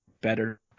Better